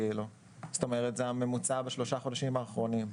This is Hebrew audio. כלומר זה הממוצע בשלושה החודשים האחרונים.